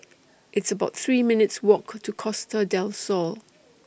It's about three minutes' Walk to Costa Del Sol